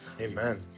amen